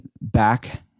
back